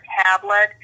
tablet